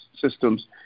systems